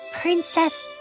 Princess